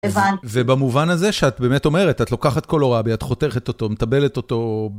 ובמובן הזה שאת באמת אומרת, את לוקחת קולורבי, את חותכת אותו, מטבלת אותו...